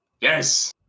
Yes